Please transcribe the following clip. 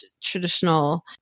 traditional